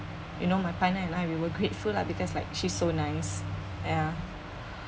you know my partner and I we were grateful lah because like she's so nice ya